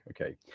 Okay